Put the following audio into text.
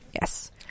yes